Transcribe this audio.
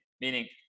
Meaning